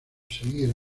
seguir